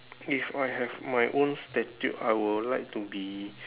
if I have my own statue I would like to be